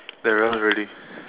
that one really